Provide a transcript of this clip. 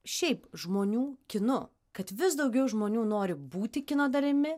šiaip žmonių kinu kad vis daugiau žmonių nori būti kino dalimi